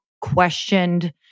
questioned